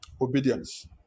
Obedience